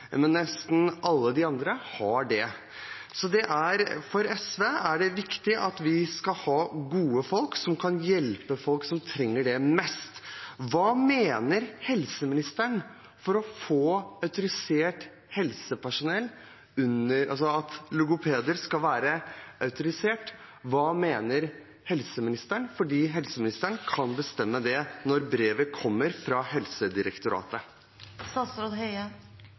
nesten alle de andre landene har det. For SV er det viktig at vi har gode folk, som kan hjelpe dem som trenger det mest. Hva mener helseministeren om at logopeder skal være autorisert? For helseministeren kan bestemme det når brevet kommer fra